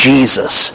Jesus